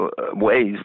ways